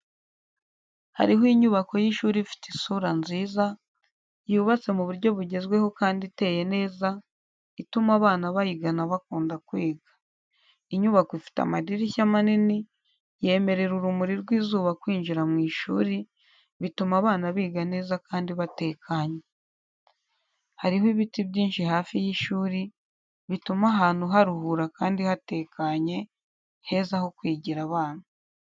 Hariho inyubako y'ishuri ifite isura nziza, yubatse mu buryo bugezweho kandi iteye neza, ituma abana bayigana bakunda kwiga. Inyubako ifite amadirishya manini, yemerera urumuri rw'izuba kwinjira mu ishuri, bituma abana biga neza kandi batekanye. Hariho ibiti byinshi hafi y'ishuri, bituma ahantu haruhura kandi hatekanye, heza ho kwigira abana.